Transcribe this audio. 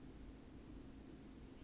全部跟她一起 retain 的